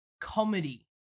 comedy